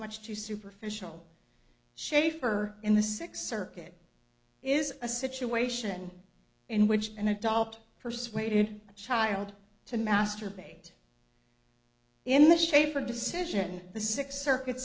much too superficial schafer in the six circuit is a situation in which an adopt persuaded a child to masturbate in the shape or decision the six circuit